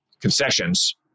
concessions